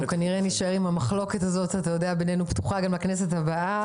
כנראה נישאר עם המחלוקת הזאת בינינו גם בכנסת הבאה.